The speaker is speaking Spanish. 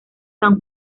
san